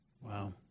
Wow